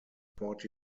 forty